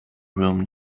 room